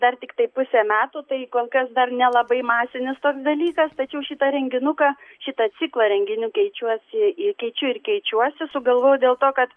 dar tiktai pusė metų tai kol kas dar nelabai masinis toks dalykas tačiau šitą renginuką šitą ciklą renginių keičiuosi į keičiu ir keičiuosi sugalvojau dėl to kad